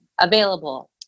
available